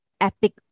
epic